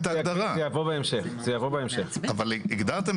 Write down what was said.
ובלבד שהשטח הכולל המותר לבנייה במגרש אחרי הגדלתו